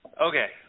Okay